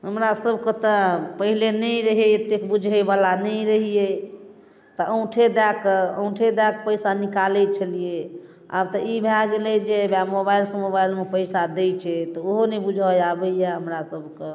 हमरा सभके तऽ पहिले नहि रहै अत्ते बुझैवला नहि रहियै तऽ अङ्गूठे दए कऽ अङ्गूठे दए कऽ पैसा निकालै छलिये आब तऽ ई भए गेलै जे वे मोबाइल सँ मोबाइलमे पैसा दे छै तऽ ओहो नहि बुझऽ आबैए हमरा सभके